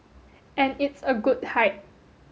and it's a good height